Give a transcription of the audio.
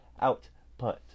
output